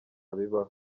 bibaho